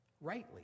rightly